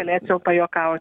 galėčiau pajuokau